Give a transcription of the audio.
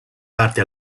parte